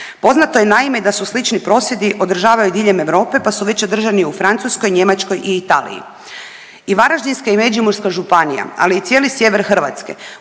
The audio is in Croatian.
Poznato je naime da se slični prosvjedi održavaju diljem Europe pa su već održani u Francuskoj, Njemačkoj i Italiji. I Varaždinska i Međimurska županija, ali i cijeli sjever Hrvatske